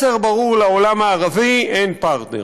מסר ברור לעולם הערבי: אין פרטנר.